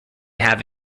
have